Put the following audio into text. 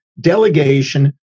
delegation